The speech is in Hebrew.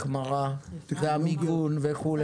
החמרה, המיגון וכו'?